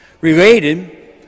Related